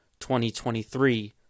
2023